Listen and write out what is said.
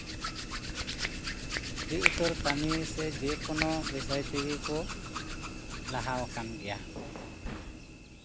ᱟᱹᱰᱤ ᱩᱛᱟᱹᱨ ᱠᱟᱢᱤ ᱥᱮ ᱡᱮᱠᱳᱱᱳ ᱰᱤᱥᱚᱭ ᱛᱮᱜᱮ ᱠᱚ ᱞᱟᱦᱟᱣᱟᱠᱟᱱ ᱜᱮᱭᱟ